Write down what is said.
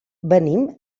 venim